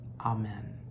Amen